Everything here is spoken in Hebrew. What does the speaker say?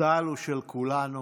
צה"ל הוא של כולנו,